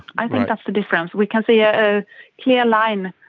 i think that's the difference. we can see a clear line,